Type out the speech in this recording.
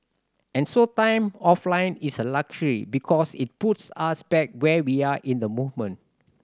and so time offline is a luxury because it puts us back where we are in the movement